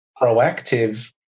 proactive